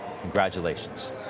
Congratulations